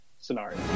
scenario